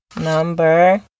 Number